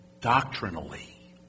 doctrinally